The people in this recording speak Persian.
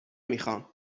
میخوام